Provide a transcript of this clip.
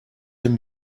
dem